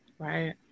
Right